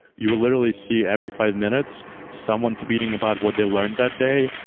you will literally see every five minutes someone tweeting about what they learned that day,